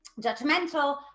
judgmental